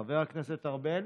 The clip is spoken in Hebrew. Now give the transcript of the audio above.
חבר הכנסת ארבל,